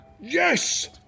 Yes